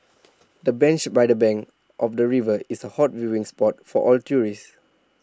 the bench by the bank of the river is A hot viewing spot for all tourists